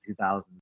2000s